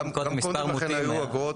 גם קודם לכן היו אגרות.